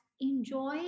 enjoy